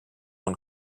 when